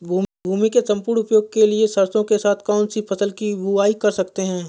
भूमि के सम्पूर्ण उपयोग के लिए सरसो के साथ कौन सी फसल की बुआई कर सकते हैं?